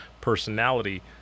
personality